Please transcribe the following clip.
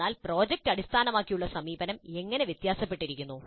അപ്പോൾ പ്രോജക്റ്റ് അടിസ്ഥാനമാക്കിയുള്ള സമീപനം എവിടെ വ്യത്യാസപ്പെട്ടിരിക്കുന്നു